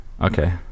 okay